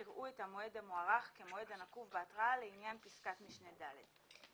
יראו את המועד המוארך כמועד הנקוב בהתראה לעניין פסקת משנה (ד).